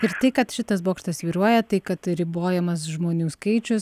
ir tai kad šitas bokštas svyruoja tai kad ribojamas žmonių skaičius